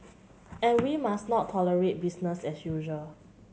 and we must not tolerate business as usual